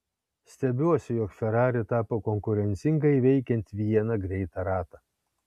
stebiuosi jog ferrari tapo konkurencinga įveikiant vieną greitą ratą